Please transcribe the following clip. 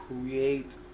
create